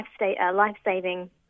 life-saving